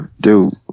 dude